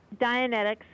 Dianetics